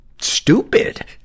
stupid